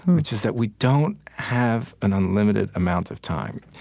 which is that we don't have an unlimited amount of time.